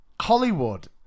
Hollywood